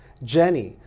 jennie,